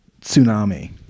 tsunami